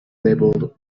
labeled